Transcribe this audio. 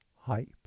hype